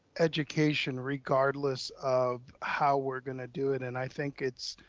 education regardless of how we're gonna do it. and i think it's,